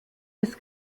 des